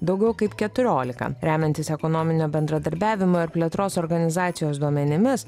daugiau kaip keturiolika remiantis ekonominio bendradarbiavimo ir plėtros organizacijos duomenimis